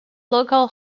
local